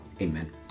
amen